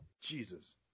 Jesus